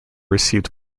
received